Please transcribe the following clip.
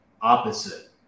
opposite